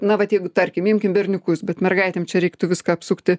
na vat jeigu tarkim imkim berniukus bet mergaitėm čia reiktų viską apsukti